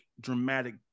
dramatic